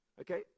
Okay